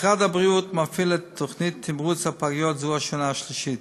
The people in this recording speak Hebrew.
משרד הבריאות מפעיל את תוכנית תמרוץ הפגיות זו השנה השלישית.